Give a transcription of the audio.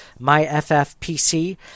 MyFFPC